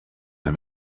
him